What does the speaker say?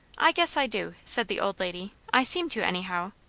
i guess i do, said the old lady. i seem to, anyhow.